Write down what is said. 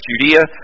Judea